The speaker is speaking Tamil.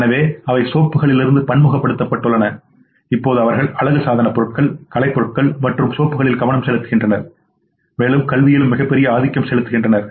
எனவே அவை சோப்புகளில் இருந்து பன்முகப்படுத்தப்பட்டுள்ளன இப்போது அவர்கள் அழகு சாதனப் பொருட்கள் கலைப்பொருட்கள் மற்றும் சோப்புகளில் கவனம் செலுத்துகின்றனர் மேலும் கல்வியிலும் மிகப்பெரிய ஆதிக்கம் செலுத்துகின்றனர்